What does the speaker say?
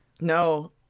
No